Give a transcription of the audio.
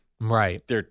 Right